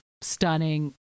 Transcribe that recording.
stunning